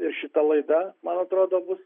ir šita laida man atrodo bus